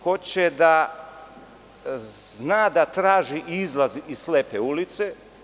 Ko će da zna da traži izlaz iz slepe ulice.